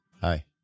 hi